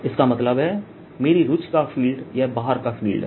इसका मतलब है मेरी रुचि का फील्ड यह बाहर का फील्ड है